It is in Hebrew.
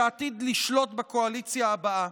שעתיד לשלוט בקואליציה הבאה.